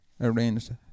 arranged